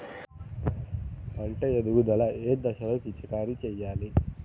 పంట ఎదుగుదల ఏ దశలో పిచికారీ చేయాలి?